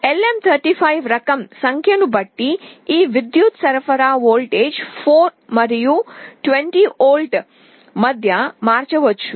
LM35 రకం సంఖ్యను బట్టి ఈ విద్యుత్ సరఫరా వోల్టేజ్ 4 మరియు 20 వోల్ట్ల మధ్య మారవచ్చు